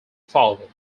followed